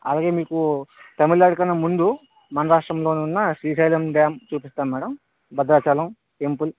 అలాగే మీకు తమిళనాడు కన్న ముందు మన రాష్ట్రంలోనే ఉన్న శ్రీశైలం డ్యామ్ చూపిస్తాం మేడం భద్రాచలం టెంపుల్